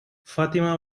fatima